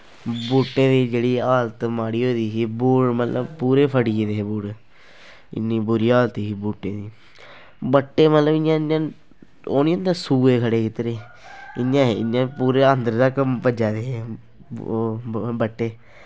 बूटें दी जेह्ड़ी हालत माड़ी होई गेदी ही बूट मतलब पूरे फटी गेदे हे बूट इन्नी बुरी हालत ही बूटें दी बट्टे मतलब इ'यां इ'यां ओह् निं होंदे सूए खड़े कीते दे इ'यां हे इ'यां पूरा अन्दरै तक पज्जा दे हे ओह् बट्टे